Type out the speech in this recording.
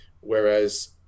Whereas